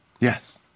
Yes